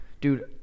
Dude